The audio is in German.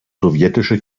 sowjetische